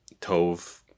Tove